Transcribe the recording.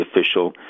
official